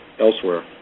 elsewhere